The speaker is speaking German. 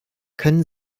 können